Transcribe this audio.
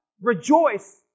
rejoice